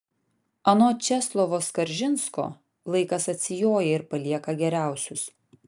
anot česlovo skaržinsko laikas atsijoja ir palieka geriausius